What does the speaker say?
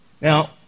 Now